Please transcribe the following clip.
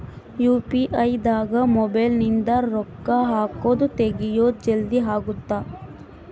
UPI ದಾಗ mobile ನಿಂದ ರೊಕ್ಕ ಹಕೊದ್ ತೆಗಿಯೊದ್ ಜಲ್ದೀ ಅಗುತ್ತ